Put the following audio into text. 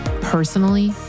personally